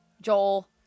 Joel